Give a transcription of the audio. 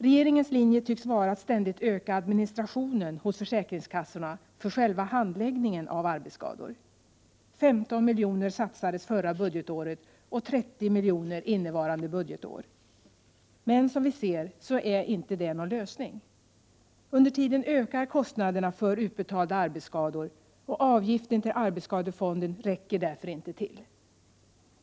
Regeringens linje tycks vara att ständigt öka administrationen hos försäkringskassorna för själva handläggningen av arbetsskador. 15 miljoner satsades förra budgetåret och 30 miljoner innevarande budgetår. Som vi ser det är inte detta någon lösning. Under tiden ökar kostnaderna för utbetalda arbetsskadeersättningar, och avgiften till arbetsskadefonden räcker därför inte till.